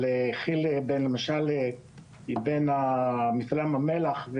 כי"ל היא בין מפעלי ים המלח,